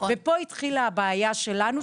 ופה התחילה הבעיה שלנו,